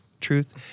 truth